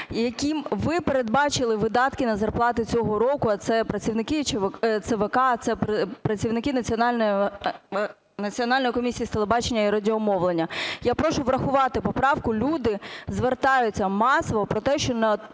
яким ви передбачили видатки на зарплату цього року, а це працівники ЦВК, це працівники Національної комісії з телебачення і радіомовлення. Я прошу врахувати поправку. Люди звертаються масово про те, що вони